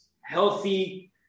healthy